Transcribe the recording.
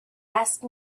asked